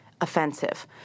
offensive